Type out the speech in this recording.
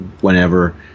Whenever